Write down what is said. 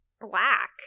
black